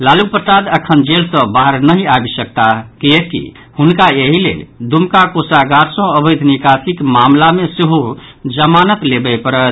लालू प्रसाद अखन जेल सँ बाहर नहि आबि सकताह किएककि हुनका एहि लेल दुमका कोषागार सँ अवैध निकासिक मामिला मे सेहो जमानत लेबय पड़त